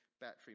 battery